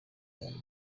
aya